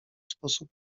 sposób